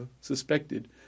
suspected